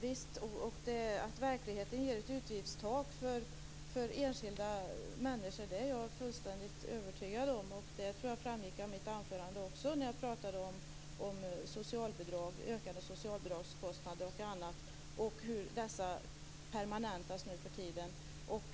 Fru talman! Visst är det så. Att verkligheten sätter ett utgiftstak för enskilda människor är jag fullständigt övertygad om. Det tror jag framgick av mitt anförande. Jag pratade om ökade socialbidragskostnader och om hur dessa kostnader permanentas nuförtiden.